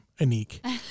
Anik